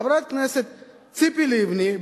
חברת הכנסת ציפי לבני,